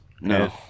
No